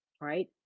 right